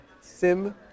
Sim